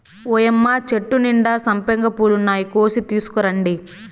ఓయ్యమ్మ చెట్టు నిండా సంపెంగ పూలున్నాయి, కోసి తీసుకురండి